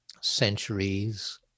centuries